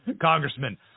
congressman